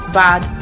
bad